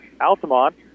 Altamont